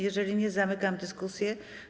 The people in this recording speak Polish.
Jeżeli nie, zamykam dyskusję.